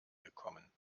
gekommen